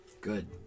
Good